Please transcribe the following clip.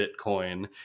bitcoin